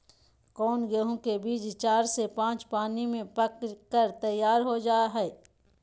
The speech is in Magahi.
कौन गेंहू के बीज चार से पाँच पानी में पक कर तैयार हो जा हाय?